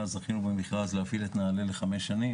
זכינו במכרז להפעיל את הנעל"ה לחמש שנים,